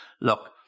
look